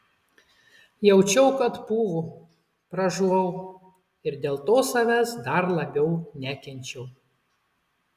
jaučiau kad pūvu pražuvau ir dėl to savęs dar labiau nekenčiau